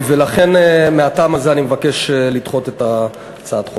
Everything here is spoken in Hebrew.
לכן, מהטעם הזה אני מבקש לדחות את הצעת החוק.